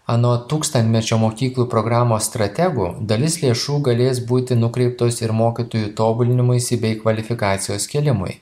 ano tūkstantmečio mokyklų programos strategų dalis lėšų galės būti nukreiptos ir mokytojų tobulinimuisi bei kvalifikacijos kėlimui